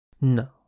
No